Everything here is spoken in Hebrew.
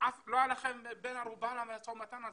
לא היה לכם בן ערובה למשא ומתן הזה.